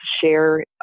share